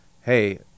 hey